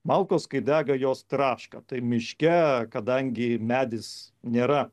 malkos kai dega jos traška tai miške kadangi medis nėra